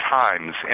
times